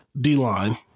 D-line